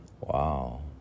Wow